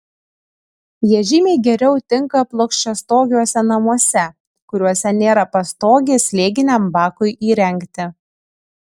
jie žymiai geriau tinka plokščiastogiuose namuose kuriuose nėra pastogės slėginiam bakui įrengti